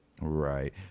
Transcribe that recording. Right